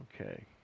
okay